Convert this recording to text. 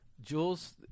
Jules